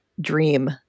dream